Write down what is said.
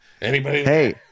Hey